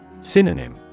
Synonym